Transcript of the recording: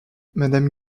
madame